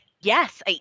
yes